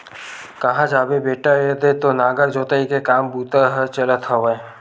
काँहा जाबे बेटा ऐदे तो नांगर जोतई के काम बूता ह चलत हवय